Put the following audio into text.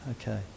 Okay